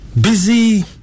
busy